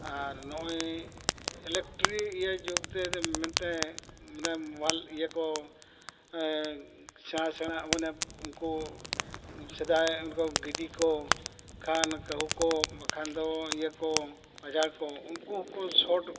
ᱟᱨ ᱱᱚᱜᱼᱚᱭ ᱤᱭᱟᱹ ᱡᱩᱜᱽ ᱛᱮ ᱢᱮᱱᱛᱮ ᱢᱟᱱᱮ ᱤᱭᱟᱹ ᱠᱚ ᱥᱮᱬᱟ ᱥᱮᱬᱟ ᱢᱟᱱᱮ ᱩᱱᱠᱩ ᱥᱮᱫᱟᱭ ᱩᱱᱠᱩ ᱜᱤᱫᱤ ᱠᱚ ᱠᱷᱟᱱ ᱠᱟᱹᱦᱩ ᱠᱚ ᱵᱟᱠᱷᱟᱱ ᱫᱚ ᱤᱭᱟᱹ ᱠᱚ ᱯᱟᱡᱷᱟᱲ ᱠᱚ ᱩᱱᱠᱩ ᱦᱚᱸᱠᱚ